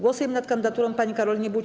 Głosujemy nad kandydaturą pani Karoliny Bućko.